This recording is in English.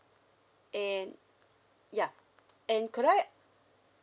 and ya and could I